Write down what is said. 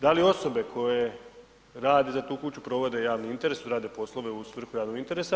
Da li osobe koje rade za tu kuću provode javni interes, rade poslove u svrhu javnog interesa?